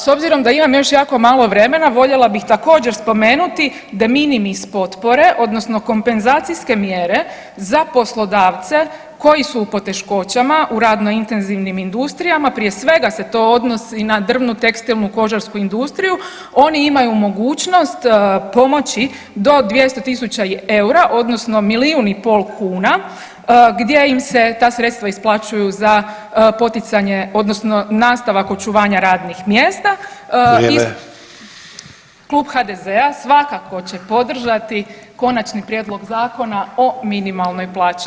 S obzirom da imam još malo vremena voljela bih također spomenuti de minimis potpore odnosno kompenzacijske mjere za poslodavce koji su u poteškoćama u radno intenzivnim industrijama, prije svega se to odnosi na drvnu, tekstilnu, kožarsku industriju oni imaju mogućnost pomoći do 200.000 eura odnosno milijun i pol kuna gdje im se ta sredstva isplaćuju za poticanje odnosno nastavak očuvanja radnih mjesta [[Upadica Sanader: Vrijeme.]] Klub HDZ-a svakako će podržati Konačni prijedlog Zakona o minimalnoj plaći.